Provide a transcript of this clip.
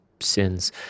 sins